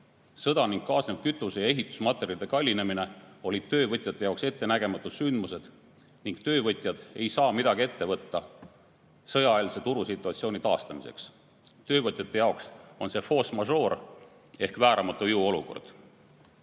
Sõda ning kaasnev kütuse ja ehitusmaterjalide kallinemine olid töövõtjate jaoks ettenägematud sündmused ning töövõtjad ei saa midagi ette võtta sõjaeelse turusituatsiooni taastamiseks. Töövõtjate jaoks on seeforce majeureehk vääramatu jõu